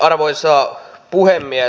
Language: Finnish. arvoisa puhemies